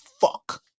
fuck